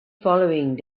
following